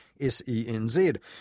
SENZ